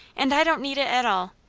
and i don't need it at all.